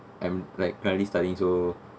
like currently studying so